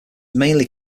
mainly